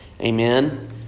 amen